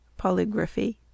Polygraphy